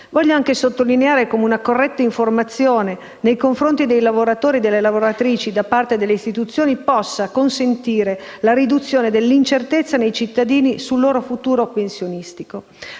Voglio anche sottolineare come una corretta informazione nei confronti dei lavoratori e delle lavoratrici da parte delle istituzioni possa consentire la riduzione dell'incertezza dei cittadini sul loro futuro pensionistico.